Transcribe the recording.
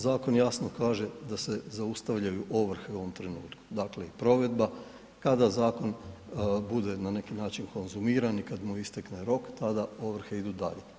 Zakon jasno kaže da se zaustavljaju ovrhe u ovom trenutku, dakle provedba, kada zakon bude na neki način konzumiran i kad mu istekne rok, tada ovrhe idu dalje.